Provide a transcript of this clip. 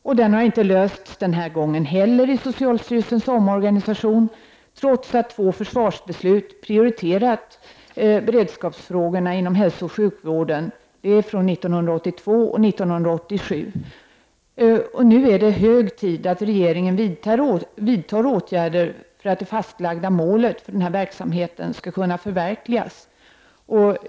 Frågan har inte heller denna gång fått någon lösning i socialstyrelsens omorganisation, trots att två försvarsbeslut, från 1982 och 1987, prioriterat beredskapsfrågorna inom hälsooch sjukvården. Nu är det hög tid att regeringen vidtar åtgärder för att det fastlagda målet för verksamheten skall kunna förverkligas.